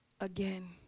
again